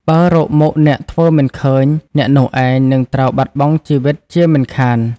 បើរកមុខអ្នកធ្វើមិនឃើញ អ្នកនោះឯងនឹងត្រូវបាត់បង់ជីវិតជាមិនខាន ។